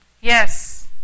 yes